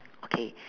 okay